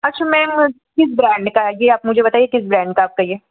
अच्छा मैम किस ब्रैंड का है यह आप मुझे बताइए किस ब्रैंड का आपका यह